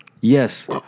Yes